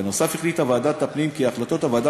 בנוסף החליטה ועדת הפנים כי החלטות הוועדה